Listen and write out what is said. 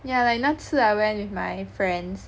yeah like 那次 I went with my friends